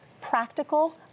practical